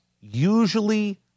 usually